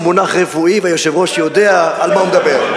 רפואי, והיושב-ראש יודע על מה הוא מדבר.